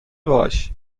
باش